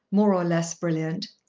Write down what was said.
more or less brilliant.